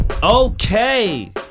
Okay